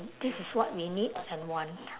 this is what we need and want